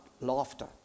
laughter